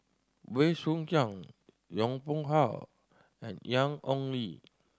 Bey Soo Khiang Yong Pung How and Ian Ong Li